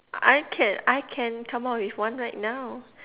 I can I can come out with one right now